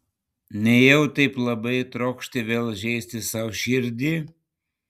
nejau taip labai trokšti vėl žeisti sau širdį